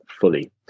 fully